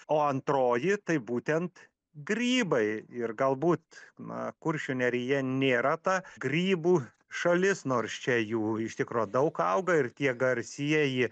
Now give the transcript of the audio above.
o antroji tai būtent grybai ir galbūt na kuršių nerija nėra ta grybų šalis nors čia jų iš tikro daug auga ir tie garsieji